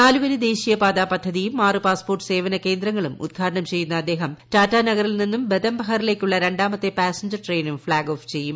നാലുവരി ദേശീയപാത പദ്ധതിയും ആറ് പാസ്പോർട്ട് സേവനകേന്ദ്രങ്ങളും ഉദ്ഘാടനം ചെയ്യുന്ന അദ്ദേഹം ടാറ്റാ നഗറിൽ നിന്നും ബദംപഹറിലേക്കുള്ള രണ്ടാമത്തെ പാസ്സഞ്ചർ ട്രെയിനും ഫ്ളാക്ഓഫ് ചെയ്യും